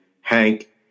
Hank